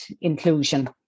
inclusion